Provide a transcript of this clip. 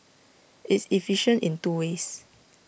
it's efficient in two ways